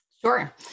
Sure